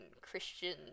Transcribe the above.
Christian